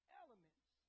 elements